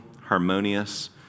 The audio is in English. harmonious